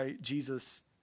Jesus